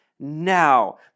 Now